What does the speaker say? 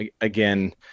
again